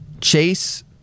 Chase